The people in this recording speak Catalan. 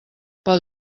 pel